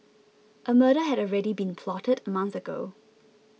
a murder had already been plotted a month ago